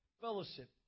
fellowship